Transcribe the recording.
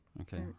Okay